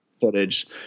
footage